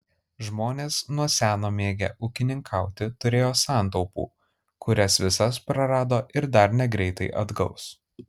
žmonės nuo seno mėgę ūkininkauti turėjo santaupų kurias visas prarado ir dar negreitai atgaus